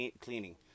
cleaning